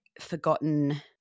Forgotten